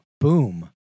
boom